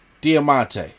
Diamante